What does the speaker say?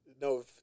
No